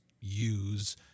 use